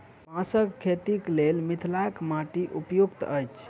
बाँसक खेतीक लेल मिथिलाक माटि उपयुक्त अछि